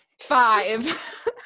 Five